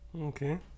okay